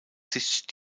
sicht